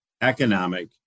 economic